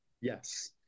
Yes